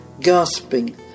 gasping